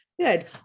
Good